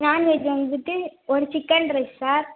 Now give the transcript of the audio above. non veg வந்துவிட்டு ஒரு chicken rice sir